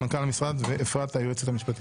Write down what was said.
מנכ"ל המשרד ואפשרת היועצת המשפטית,